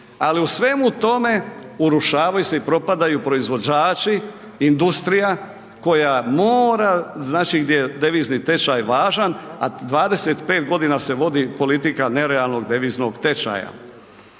Ali u svemu tome urušavaju se i propadaju proizvođači, industrija koja mora, znači gdje je devizni tečaj važan, a 25 godina se vodi politika nerealnog deviznog tečaja.